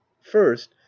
first